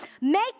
make